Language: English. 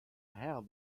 how